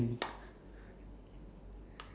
ya so I don't know what he's thinking lah